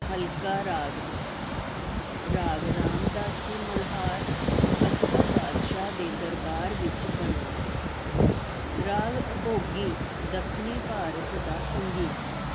ਹਲਕਾ ਰਾਗ ਹੈ ਰਾਗ ਰਾਮਦਾਸੀ ਮਲਹਾਰ ਅਕਬਰ ਬਾਦਸ਼ਾਹ ਦੇ ਦਰਬਾਰ ਵਿੱਚ ਬਣਿਆ ਸੀ ਰਾਗ ਅਭੋਗੀ ਦੱਖਣੀ ਭਾਰਤ ਦਾ ਸੰਗੀਤ ਹੈ